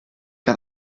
que